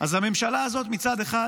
אז הממשלה הזאת מצד אחד